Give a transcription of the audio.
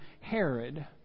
Herod